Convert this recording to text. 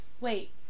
Wait